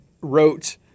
wrote